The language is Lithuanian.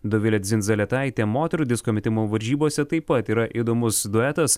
dovilė dzindzaletaitė moterų disko metimo varžybose taip pat yra įdomus duetas